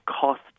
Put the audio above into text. cost